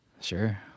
Sure